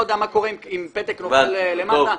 לא יודע מה קורה אם פתק נופל למטה.